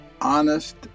Honest